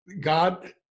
God